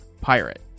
pirate